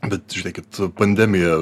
bet žiūrėkit pandemija